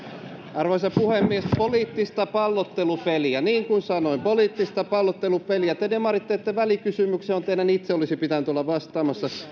arvoisa puhemies poliittista pallottelupeliä niin kuin sanoin poliittista pallottelupeliä te demarit teette välikysymyksen johon teidän itse olisi pitänyt olla vastaamassa